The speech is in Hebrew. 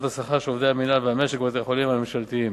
השכר של עובדי המינהל והמשק בבתי-החולים הממשלתיים.